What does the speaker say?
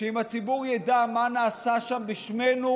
שאם הציבור ידע מה נעשה שם בשמנו,